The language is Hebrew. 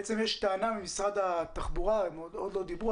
יש טענה ממשרד התחבורה הם עוד לא דיברו,